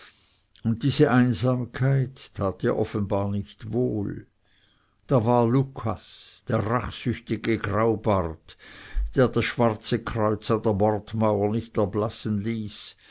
und diese einsamkeit tat ihr offenbar nicht wohl da war lucas der rachsüchtige graubart der das schwarze kreuz an der mordmauer nicht erblassen ließ